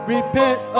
Repent